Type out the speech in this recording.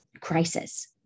crisis